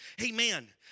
Amen